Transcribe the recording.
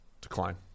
Decline